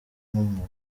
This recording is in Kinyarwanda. nk’umwuga